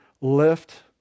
lift